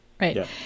Right